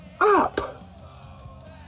up